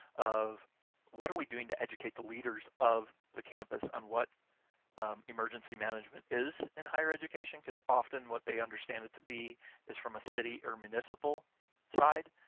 of what are we doing to educate the leaders of the campus on what emergency management is in higher education, cause often what they understand it to be is from a city or municipal side,